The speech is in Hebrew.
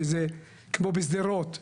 כמו בשדרות,